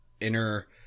inner